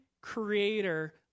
creator